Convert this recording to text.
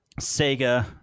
Sega